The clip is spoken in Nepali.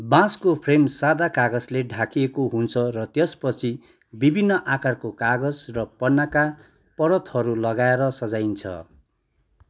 बाँसको फ्रेम सादा कागजले ढाकिएको हुन्छ र त्यसपछि विभिन्न आकारको कागज र पन्नाका परतहरू लगाएर सजाइन्छ